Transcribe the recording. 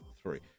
three